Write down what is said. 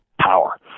power